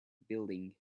building